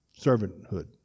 servanthood